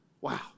Wow